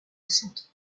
centre